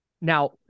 Now